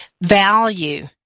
value